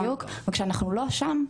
בדיוק וכשאנחנו לא שם,